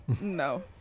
no